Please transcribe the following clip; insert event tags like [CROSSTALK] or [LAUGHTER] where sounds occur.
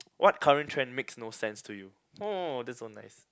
[NOISE] what current trend makes no sense to you oh that's so nice